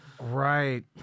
Right